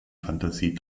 fantasie